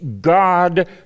God